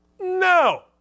No